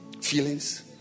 feelings